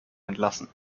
entlassen